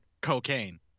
cocaine